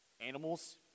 Animals